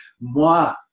Moi